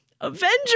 Avengers